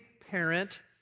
parent